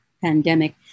pandemic